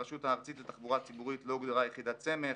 הרשות הארצית לתחבורה ציבורית לא הוגדרה יחידת סמך,